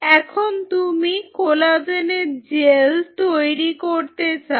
এখন তুমি কোলাজেনের জেল তৈরি করতে চাও